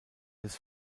des